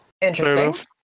Interesting